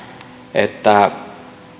että